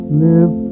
live